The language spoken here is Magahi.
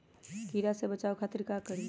कीरा से बचाओ खातिर का करी?